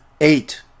Eight